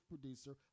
producer